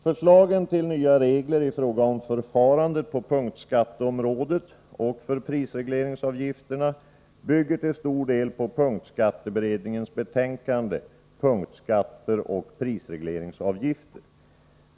Förslagen till nya regler i fråga om förfarandet på punktskatteområdet och för prisregleringsavgifterna bygger till stor del på punktskatteberedningens betänkande Punktskatter och prisregleringsavgifter.